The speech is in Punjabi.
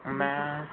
ਮੈਂ